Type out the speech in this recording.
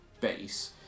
base